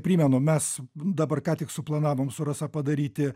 primenu mes dabar ką tik suplanavom su rasa padaryti